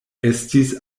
estis